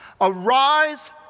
Arise